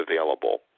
available